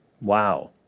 Wow